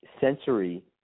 sensory